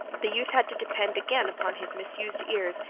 the youth had to depend again upon his misused ears,